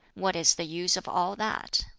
what is the use of all that?